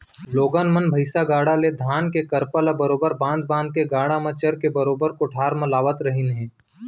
लोगन मन भईसा गाड़ा ले धान के करपा ल बरोबर बांध बांध के गाड़ा म रचके बरोबर कोठार म लावत रहिन हें